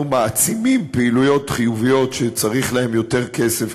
מעצימים פעילויות חיוביות שצריך להן יותר כסף,